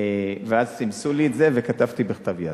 ואז סימסו לי את זה וכתבתי בכתב יד.